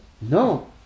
No